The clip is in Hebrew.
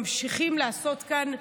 ממשיכים לעשות כאן,